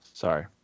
Sorry